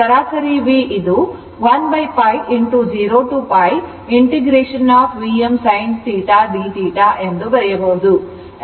ಸರಾಸರಿ V 1 π 0 to π Vm sinθdθ ಎಂದು ಹೇಳಬಹುದು